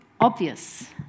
obvious